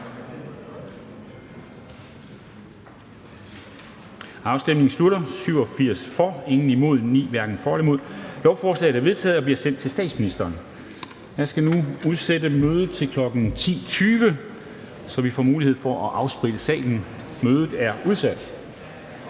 eller imod stemte 9 (EL, ALT og Susanne Zimmer (UFG)). Lovforslaget er vedtaget og bliver sendt til statsministeren. Jeg skal nu udsætte mødet til kl. 10.20, så vi får mulighed for at afspritte salen. Mødet er udsat.